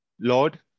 Lord